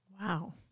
Wow